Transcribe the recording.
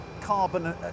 carbon